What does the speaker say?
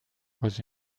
was